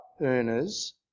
earners